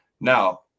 now